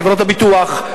חברות הביטוח,